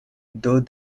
though